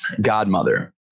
godmother